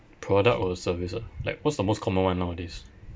product or service ah like what's the most common one nowadays